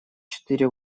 четыре